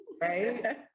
right